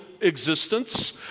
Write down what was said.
existence